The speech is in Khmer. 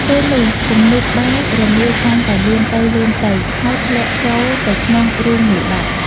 ពេលនោះពំនូកបាយរមៀលកាន់តែលឿនទៅ ៗ ហើយធ្លាក់ចូលទៅក្នុងរូងមួយបាត់ ។